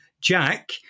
Jack